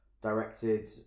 directed